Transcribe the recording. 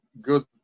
good